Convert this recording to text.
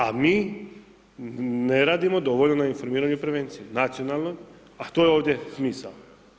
A mi ne radimo dovoljno na informiranju prevencije nacionalnoj a to je ovdje smisao.